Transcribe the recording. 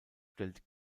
stellt